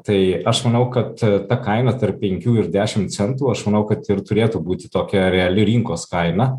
tai aš manau kad ta kaina tarp penkių ir dešim centų aš manau kad ir turėtų būti tokia reali rinkos kaina